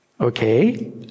Okay